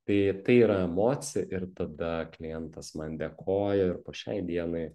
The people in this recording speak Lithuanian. tai tai yra emocija ir tada klientas man dėkoja ir po šiai dienai